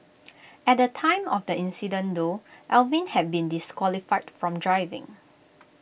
at the time of the incident though Alvin had been disqualified from driving